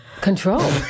Control